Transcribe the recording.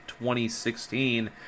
2016